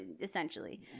essentially